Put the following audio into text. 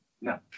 No